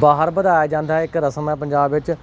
ਬਾਹਰ ਵਧਾਇਆ ਜਾਂਦਾ ਹੈ ਇੱਕ ਰਸਮ ਹੈ ਪੰਜਾਬ ਵਿੱਚ